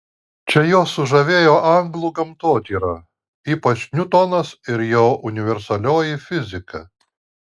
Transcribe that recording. čia juos sužavėjo anglų gamtotyra ypač niutonas ir jo universalioji fizika